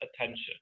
attention